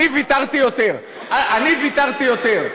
אני ויתרתי יותר, אני ויתרתי יותר.